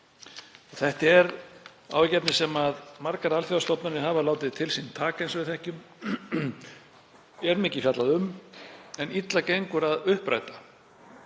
Þetta er málefni sem margar alþjóðastofnanir hafa látið til sín taka, eins og við þekkjum, og mikið er fjallað um en illa gengur að uppræta.